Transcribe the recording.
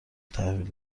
تحویل